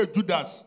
Judas